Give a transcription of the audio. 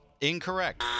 Incorrect